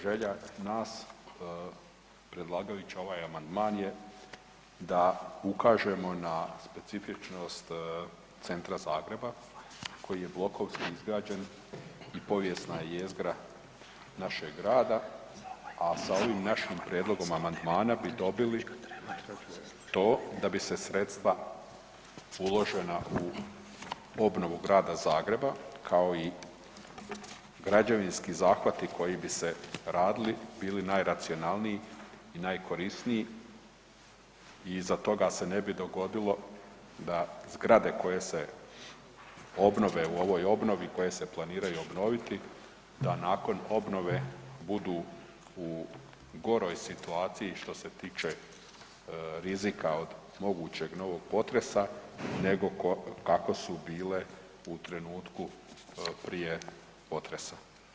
Želja nas predlagajući ovaj amandman je da ukažemo na specifičnost centra Zagreba koji je blokovski izgrađen i povijesna je jezgra našeg građa, a sa ovim našim prijedlogom amandmana bi dobili to da bi se sredstva uložena u obnovu Grada Zagreba kao i građevinski zahvati koji bi se radili bili najracionalniji i najkorisniji i iza toga se ne bi dogodilo da zgrade koje se obnove u ovoj obnovi koje se planiraju obnoviti da nakon obnove budu u goroj situaciji što se tiče rizika od moguće novog potresa nego kako su bile u trenutku prije potresa.